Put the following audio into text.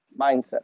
mindset